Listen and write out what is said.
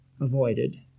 avoided